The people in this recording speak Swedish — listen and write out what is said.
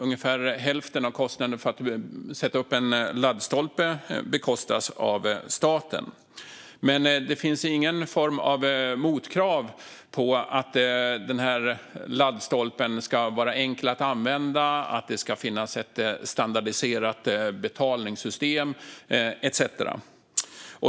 Ungefär hälften av kostnaden för att sätta upp en laddstolpe står staten för. Men det finns inga motkrav på att laddstolpen ska vara enkel att använda, att det ska finnas ett standardiserat betalningssystem etcetera.